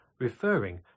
referring